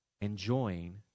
enjoying